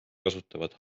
kasutavad